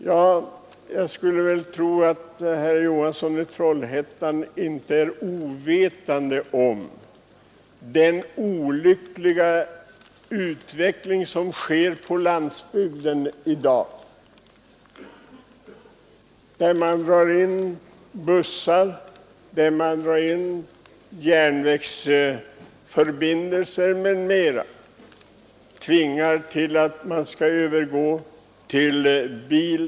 Jag skulle tro att herr Johansson i Trollhättan inte är ovetande om den olyckliga utvecklingen på landsbygden i dag, där man drar in bussar, järnvägsförbindelser m.m. och tvingar resenärerna att övergå till bil.